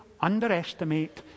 underestimate